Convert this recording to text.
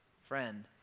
friend